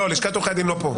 לא, לשכת עורכי הדין לא פה.